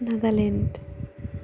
Nagaland